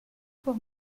cour